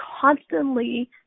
constantly